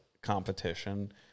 competition